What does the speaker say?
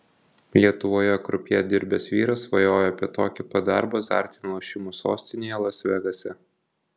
lietuvoje krupjė dirbęs vyras svajojo apie tokį pat darbą azartinių lošimų sostinėje las vegase